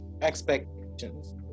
expectations